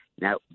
Now